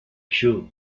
shu